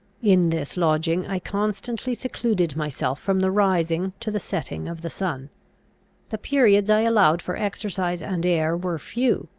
in this lodging i constantly secluded myself from the rising to the setting of the sun the periods i allowed for exercise and air were few,